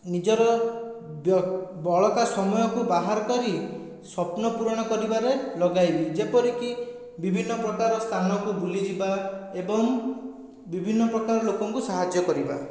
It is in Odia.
ନିଜର ବଳକା ସମୟକୁ ବାହାର କରି ସ୍ଵପ୍ନ ପୁରଣ କରିବାରେ ଲଗାଇବି ଯେପରିକି ବିଭିନ୍ନ ପ୍ରକାର ସ୍ଥାନକୁ ବୁଲିଯିବା ଏବଂ ବିଭିନ୍ନ ପ୍ରକାର ଲୋକଙ୍କୁ ସାହାଯ୍ୟ କରିବା